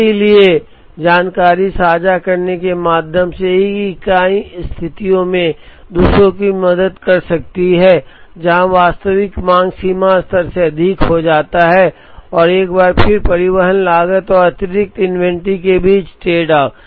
इसलिए जानकारी साझा करने के माध्यम से एक इकाई स्थितियों में दूसरे की मदद कर सकती है जहां वास्तविक मांग सीमा स्तर से अधिक हो जाती है और एक बार फिर परिवहन लागत और अतिरिक्त इन्वेंट्री के बीच ट्रेडऑफ